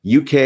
UK